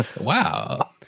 Wow